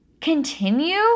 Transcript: continue